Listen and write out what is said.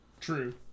True